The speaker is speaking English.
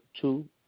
two